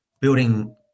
building